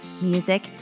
music